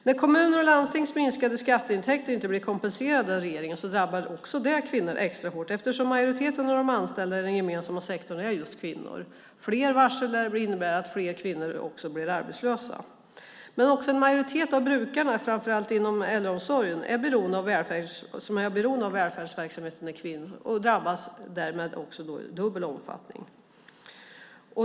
När kommuners och landstings minskade skatteintäkter inte blir kompenserade av regeringen drabbar också det kvinnor extra hårt, eftersom majoriteten av de anställda i den gemensamma sektorn är just kvinnor. Fler varsel där innebär att fler kvinnor blir arbetslösa. Men också en majoritet av brukarna - framför allt inom äldreomsorgen - som är beroende av välfärdsverksamhet utförd av kvinnor drabbas därmed i dubbel omfattning.